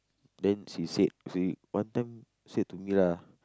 then she said she one time said to me lah